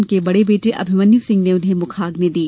उनके बड़े बेटे अभिमन्यु सिंह ने उन्हें मुखाग्नि दी